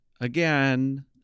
again